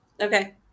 Okay